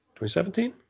2017